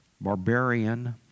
barbarian